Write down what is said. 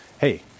hey